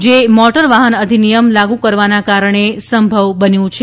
જે મોટર વાહન અધિનિયમ લાગુ કરવાના કારણે સંભવ બન્યુ છે